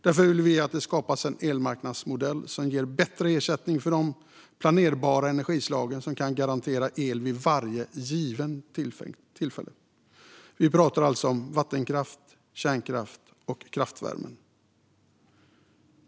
Därför vill vi att det skapas en elmarknadsmodell som ger bättre ersättning för de planerbara energislagen som kan garantera el vid varje givet tillfälle. Vi pratar om vattenkraft, kärnkraft och kraftvärme.